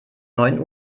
neun